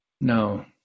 no